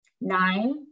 nine